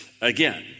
again